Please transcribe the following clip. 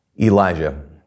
Elijah